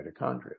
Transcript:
mitochondria